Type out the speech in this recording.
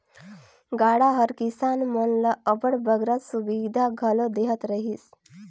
गाड़ा हर किसान मन ल अब्बड़ बगरा सुबिधा घलो देहत रहिस